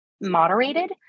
moderated